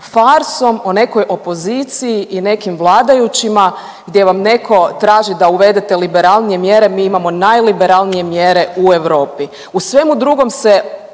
farsom o nekoj opoziciji i nekim vladajućima gdje vam netko traži da uvedete liberalnije mjere, mi imamo najliberalnije mjere u Europi. U svemu drugom se